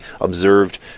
observed